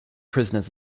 prisoners